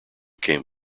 came